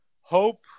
hope